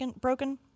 broken